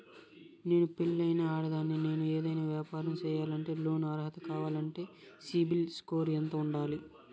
నేను పెళ్ళైన ఆడదాన్ని, నేను ఏదైనా వ్యాపారం సేయాలంటే లోను అర్హత కావాలంటే సిబిల్ స్కోరు ఎంత ఉండాలి?